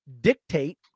dictate